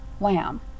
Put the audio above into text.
Lamb